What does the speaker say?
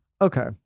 Okay